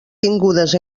tingudes